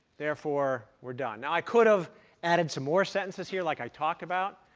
therefore, we're done. now, i could've added some more sentences here, like i talked about.